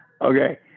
Okay